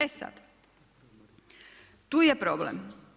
E sad, tu je problem.